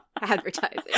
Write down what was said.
Advertising